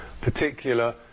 particular